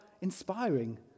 inspiring